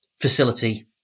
facility